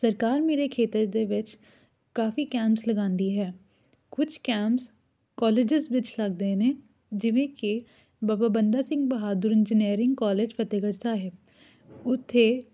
ਸਰਕਾਰ ਮੇਰੇ ਖੇਤਰ ਦੇ ਵਿੱਚ ਕਾਫੀ ਕੈਂਪਸ ਲਗਾਉਂਦੀ ਹੈ ਕੁਛ ਕੈਂਪਸ ਕੋਲਜਿਸ ਵਿੱਚ ਲੱਗਦੇ ਨੇ ਜਿਵੇਂ ਕਿ ਬਾਬਾ ਬੰਦਾ ਸਿੰਘ ਬਹਾਦਰ ਇਜਨੇਅਰਿੰਗ ਕੋਲਜ ਫਤਹਿਗੜ੍ਹ ਸਾਹਿਬ ਉੱਥੇ